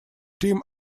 team